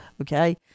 okay